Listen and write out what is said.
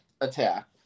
attack